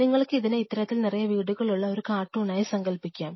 നിങ്ങൾക്ക് ഇതിനെ ഇത്തരത്തിൽ നിറയെ വീടുകളുള്ള ഒരു കാർട്ടൂന്നായി സങ്കൽപ്പിക്കാം